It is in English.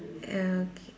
okay